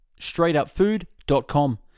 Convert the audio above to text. StraightUpFood.com